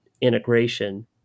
integration